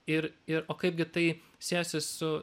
ir ir o kaipgi tai siejasi su